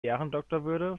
ehrendoktorwürde